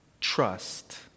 trust